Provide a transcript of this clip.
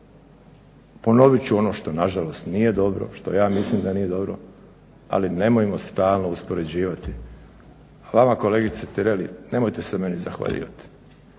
Ponovit ću ono što nažalost nije dobro, što ja mislim da nije dobro, ali nemojmo stalno uspoređivati. A vama kolegice Tireli nemojte se meni zahvaljivati,